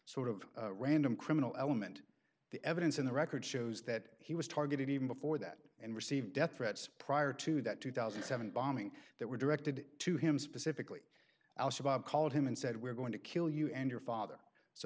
sort of random criminal element the evidence in the record shows that he was targeted even before that and received death threats prior to that two thousand and seven bombing that were directed to him specifically al shabaab called him and said we're going to kill you and your father so